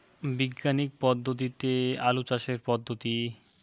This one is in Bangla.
বিজ্ঞানিক পদ্ধতিতে আলু চাষের পদ্ধতি?